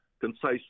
concisely